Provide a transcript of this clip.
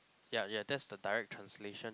ya yeah that's the direct translation